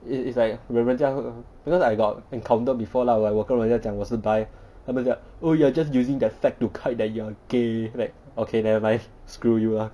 it it's like when 人家 err because I got encounter before lah like 我跟人家讲我是 bisexual then 人家 like oh you're just using that fact to hide that you're gay like okay never mind screw you lah